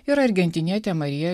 ir argentinietė marija